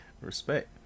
respect